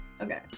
Okay